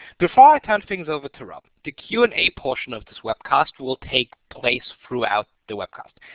before i turn things over to rob, the q and a portion of this webcast will take place throughout the webcast.